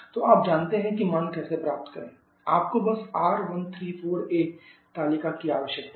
तो आप जानते हैं कि मान कैसे प्राप्त करें आपको बस R134a तालिका की आवश्यकता है